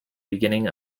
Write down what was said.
beginning